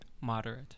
Moderate